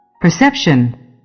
perception